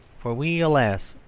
for we, alas,